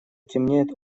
темнеет